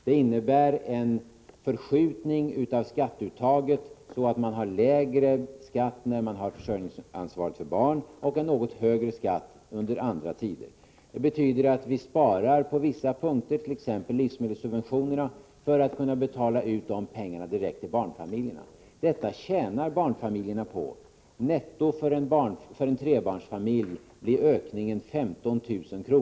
Det innebär en förskjutning av skatteuttaget så, att man har en lägre skatt när man har försörjningsansvaret för barn och en något högre skatt under andra tider. Det betyder att vi sparar på vissa punkter, exempelvis när det gäller livsmedelssubventionerna, för att kunna betala ut pengar direkt till barnfamiljerna. Barnfamiljerna tjänar på detta. För en trebarnsfamilj innebär det en ökning med 15 000 kr.